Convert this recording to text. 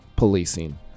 Policing